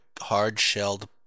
hard-shelled